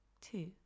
two